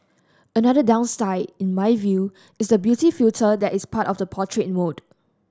another downside in my view is the beauty filter that is part of the portrait mode